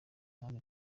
kandi